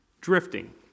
drifting